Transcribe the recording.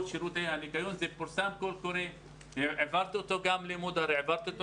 שירותי הניקיון פורסם קול קורא והעברתי אותו גם למודר יונס,